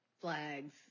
flags